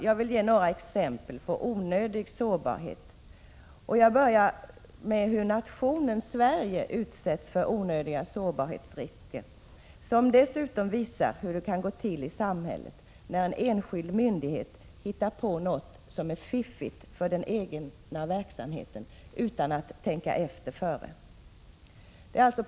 Jag vill ge några exempel på onödig sårbarhet, och jag börjar med ett exempel på hur nationen Sverige utsätts för onödiga sårbarhetsrisker och som dessutom visar hur det kan gå till i samhället när en enskild myndighet hittar på något som är fiffigt för den egna verksamheten utan att så att säga tänka efter före.